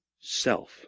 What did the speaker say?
self